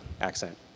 accent